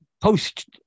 post